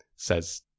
says